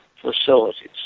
facilities